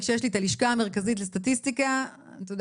כשיש לי את הלשכה המרכזית לסטטיסטיקה אני מקבלת את זה As is.